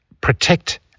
protect